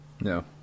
No